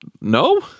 no